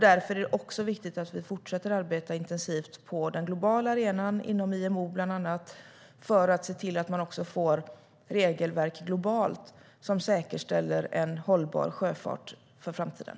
Därför är det också viktigt att vi fortsätter arbeta intensivt på den globala arenan, bland annat inom IMO, för att se till att man också får regelverk globalt som säkerställer en hållbar sjöfart för framtiden.